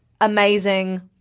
amazing